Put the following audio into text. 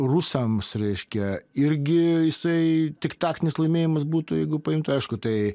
rusams reiškia irgi jisai tik taktinis laimėjimas būtų jeigu paimtų aišku tai